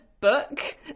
book